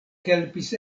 helpis